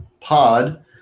Pod